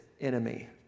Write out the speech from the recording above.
enemy